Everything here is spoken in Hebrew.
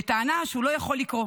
בטענה שהוא לא יכול לקרוא.